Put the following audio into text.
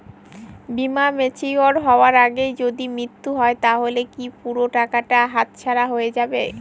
বীমা ম্যাচিওর হয়ার আগেই যদি মৃত্যু হয় তাহলে কি পুরো টাকাটা হাতছাড়া হয়ে যাবে?